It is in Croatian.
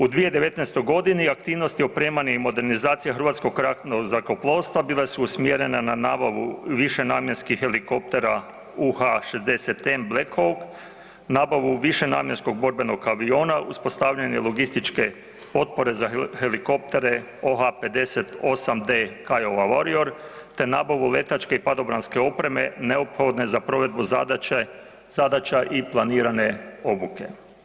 U 2019. g. aktivnosti i opremanje i modernizacija Hrvatskog ratnog zrakoplovstva bile su usmjerene na nabavu višenamjenskih helikoptera UH-60-N Black Hawk, nabavu višenamjenskog borbenog aviona, uspostavljanje logističke potpore za helikoptere OH-58-D Kiowa Warrior te nabavu letačke i padobranske opreme neophodne za provedbu zadaća i planirane obuke.